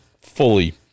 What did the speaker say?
fully